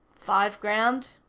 five grand?